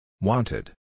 Wanted